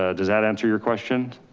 ah does that answer your question?